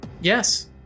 yes